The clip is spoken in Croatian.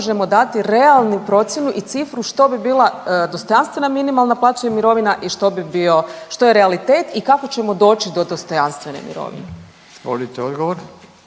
možemo dati realnu procjenu i cifru što bi bila dostojanstvena minimalna plaća i mirovina i što je realitet i kako ćemo doći do dostojanstvene mirovine.